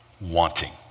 wanting